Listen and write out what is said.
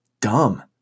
dumb